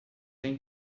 tem